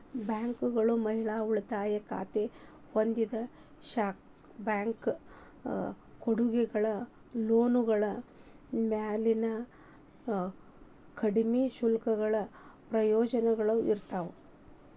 ಬ್ಯಾಂಕ್ಗಳು ಮಹಿಳಾ ಉಳಿತಾಯ ಖಾತೆನ ಹೊಂದಿದ್ದ ಕ್ಯಾಶ್ ಬ್ಯಾಕ್ ಕೊಡುಗೆಗಳ ಲೋನ್ಗಳ ಮ್ಯಾಲಿನ ಕಡ್ಮಿ ಶುಲ್ಕಗಳ ಪ್ರಯೋಜನಗಳ ಇರ್ತಾವ